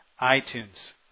iTunes